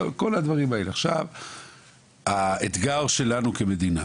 עכשיו האתגר שלנו כמדינה